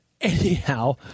Anyhow